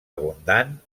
abundant